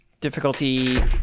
Difficulty